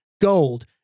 gold